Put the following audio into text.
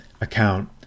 account